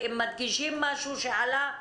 ואם מדגישים משהו שעלה,